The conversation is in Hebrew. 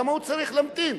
למה הוא צריך להמתין?